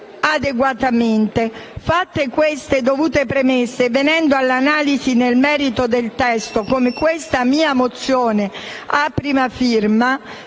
adeguatamente. Fatte queste dovute premesse e venendo all'analisi nel merito del testo, con questa mozione a mia prima firma